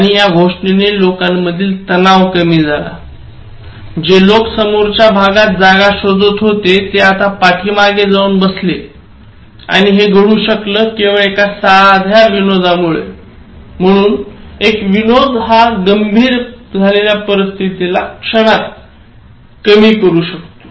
आणि या घोषणेने लोकांमधील तणाव कमी झाला जे लोक समोरच्या भागात जागा शोधत होते ते आता पाठीमागे जाऊन बसले आणि हे घडू शकलं केवळ एका सध्या विनोदामुळे म्हणून एक विनोद हा गंभीर झालेल्या परिस्थितीला क्षणात कमी करू शकतो